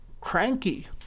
cranky